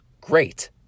great